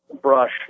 brush